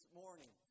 morning